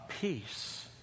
peace